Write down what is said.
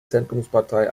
zentrumspartei